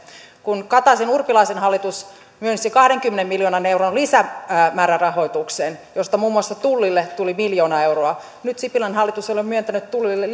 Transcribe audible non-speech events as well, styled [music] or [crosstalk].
kun kataisen urpilaisen hallitus myönsi kahdenkymmenen miljoonan euron lisämäärärahoituksen josta muun muassa tullille tuli miljoona euroa nyt sipilän hallitus ei ole myöntänyt tullille [unintelligible]